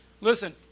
Listen